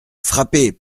frappez